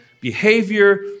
behavior